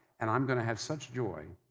and i'm going to have such joy